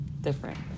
different